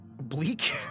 bleak